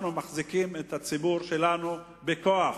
אנחנו מחזיקים את הציבור שלנו בכוח,